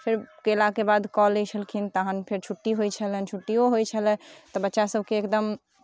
फेर कयलाके बाद कऽ लै छेलखिन तखन फेर छुट्टी होइ छलनि छुट्टिओ होइ छलए तऽ बच्चासभके एकदम